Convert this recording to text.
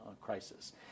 crisis